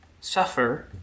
suffer